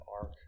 arc